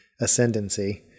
ascendancy